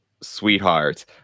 sweetheart